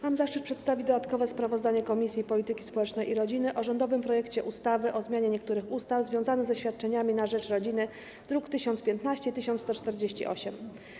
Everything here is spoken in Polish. Mam zaszczyt przedstawić dodatkowe sprawozdanie Komisji Polityki Społecznej i Rodziny o rządowym projekcie ustawy o zmianie niektórych ustaw związanych ze świadczeniami na rzecz rodziny, druki nr 1015 i 1148.